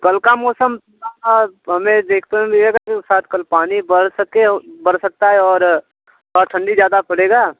कल का मौसम हमें देखते हुए मिलेगा फिर शायद कल पानी बर सके बरस सकता है और थोड़ी ठंडी ज़्यादा पड़ेगी